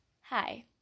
Hi